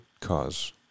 cause